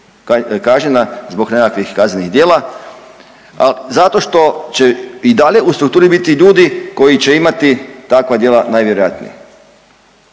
kažnjena zbog nekakvih kaznenih djela, al zato što će i dalje u strukturi biti ljudi koji će imati takva djela najvjerojatnije